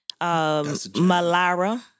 Malara